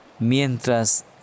mientras